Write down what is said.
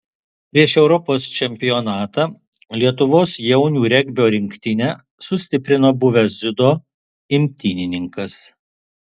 prieš europos čempionatą lietuvos jaunių regbio rinktinę sustiprino buvęs dziudo imtynininkas